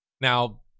now